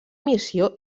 missió